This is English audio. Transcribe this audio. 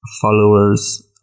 followers